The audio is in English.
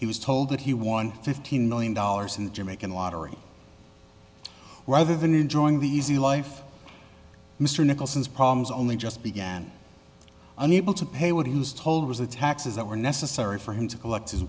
he was told that he won fifteen million dollars in the jamaican lottery rather than enjoying the easy life mr nicholson's problems only just began unable to pay what he was told was the taxes that were necessary for him to collect his